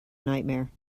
nightmare